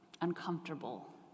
uncomfortable